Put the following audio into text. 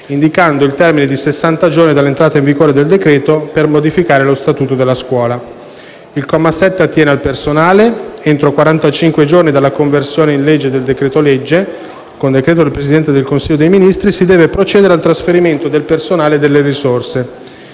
indicando il termine di sessanta giorni dall'entrata in vigore del decreto per modificare lo statuto della Scuola. Il comma 7 attiene al personale. Entro quarantacinque giorni dalla conversione in legge del decreto-legge, con decreto del Presidente del Consiglio dei ministri, si deve procedere ai trasferimento del personale e delle risorse.